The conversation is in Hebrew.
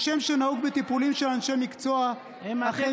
כשם שנהוג בטיפולים של אנשי מקצוע אחרים,